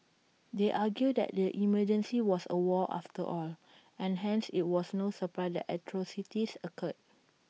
they argue that the emergency was A war after all and hence IT was no surprise that atrocities occurred